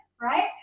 right